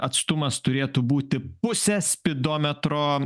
atstumas turėtų būti pusė spidometro